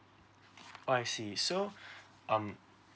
oh I see so um